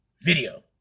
video